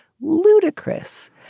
ludicrous